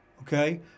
okay